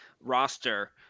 roster